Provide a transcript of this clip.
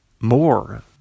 more